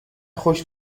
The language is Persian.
خوش